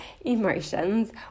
emotions